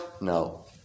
No